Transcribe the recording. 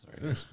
Sorry